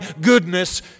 goodness